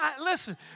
Listen